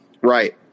Right